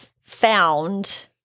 found